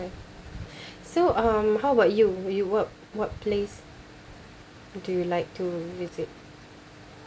so um how about you you what what place do you like to visit